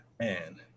Man